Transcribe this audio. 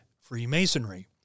Freemasonry